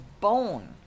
bone